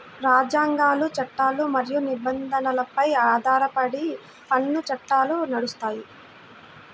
రాజ్యాంగాలు, చట్టాలు మరియు నిబంధనలపై ఆధారపడి పన్ను చట్టాలు నడుస్తాయి